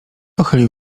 pochylił